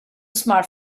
smart